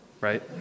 right